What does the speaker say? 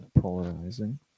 polarizing